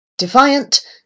Defiant